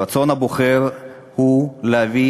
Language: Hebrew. רצון הבוחר הוא להביא